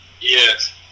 Yes